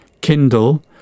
Kindle